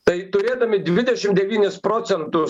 tai turėdami dvidešim devynis procentus